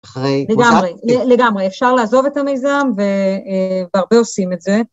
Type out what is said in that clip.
לגמרי, לגמרי, אפשר לעזוב את המיזם והרבה עושים את זה.